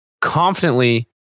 Confidently